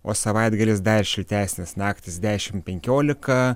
o savaitgalis dar šiltesnės naktys dešim penkiolika